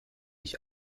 ich